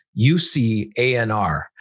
UCANR